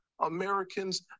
Americans